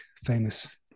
famous